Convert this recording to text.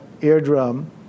eardrum